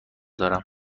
دارم